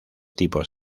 tipos